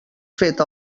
fet